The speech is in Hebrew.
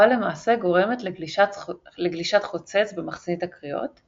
אבל למעשה גורמת לגלישת חוצץ במחסנית הקריאות,